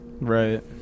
Right